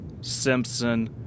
simpson